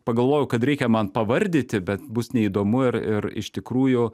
pagalvojau kad reikia man pavardyti bet bus neįdomu ir ir iš tikrųjų